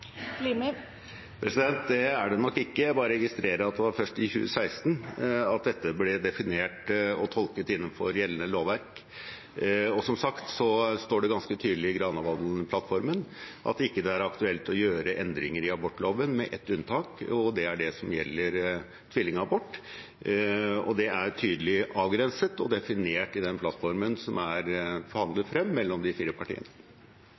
Limi ser annerledes på dette enn statsråd Bent Høie? Det er det nok ikke. Jeg bare registrerer at det var først i 2016 at dette ble definert og tolket innenfor gjeldende lovverk. Og som sagt står det ganske tydelig i Granavolden-plattformen at det ikke er aktuelt å gjøre endringer i abortloven med ett unntak, og det er det som gjelder tvillingabort. Det er tydelig avgrenset og definert i den plattformen som er forhandlet frem mellom de fire partiene.